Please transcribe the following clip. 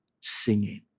singing